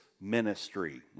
ministry